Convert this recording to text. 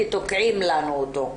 כי תוקעים לנו אותו,